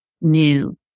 new